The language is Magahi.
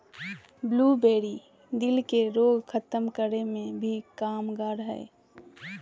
ब्लूबेरी, दिल के रोग खत्म करे मे भी कामगार हय